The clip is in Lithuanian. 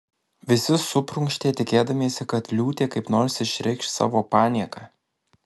visi suprunkštė tikėdamiesi kad liūtė kaip nors išreikš savo panieką